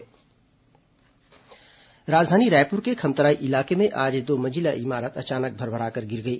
इमारत ढही राजधानी रायपुर के खमतराई इलाके में आज दो मंजिला इमारत अचानक भरभरा कर गिर गई